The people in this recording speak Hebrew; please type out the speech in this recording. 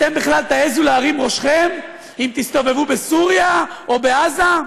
אתם בכלל תעזו להרים ראשכם אם תסתובבו בסוריה או בעזה?